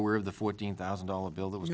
aware of the fourteen thousand dollar bill that was